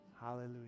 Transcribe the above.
Hallelujah